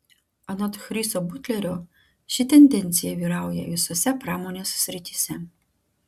anot chriso butlerio ši tendencija vyrauja visose pramonės srityse